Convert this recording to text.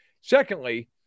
Secondly